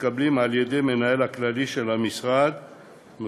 מתקבלות על-ידי המנהל הכללי של משרד הבריאות,